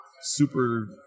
super